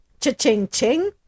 Cha-ching-ching